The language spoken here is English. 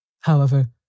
However